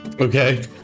Okay